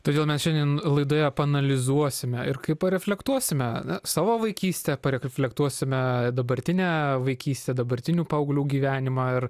todėl mes šiandien laidoje paanalizuosime ir kai pareflektuosime savo vaikystę pareflektuosime dabartinę vaikystę dabartinių paauglių gyvenimą ir